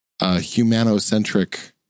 humanocentric